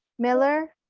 miller,